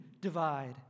divide